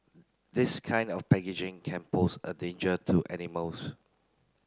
this kind of packaging can pose a danger to animals